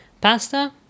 Pasta